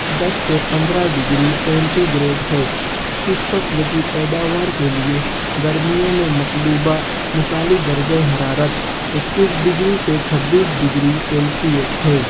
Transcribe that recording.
دس سے پندرہ degree centigrade ہے اس فصل کی پیداوار کے لئے گرمیوں میں مطلوبہ مثالی درجۂ حرارت اکیس ڈگری سے چھبیس ڈگری سیلسیس ہے